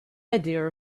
idea